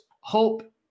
hope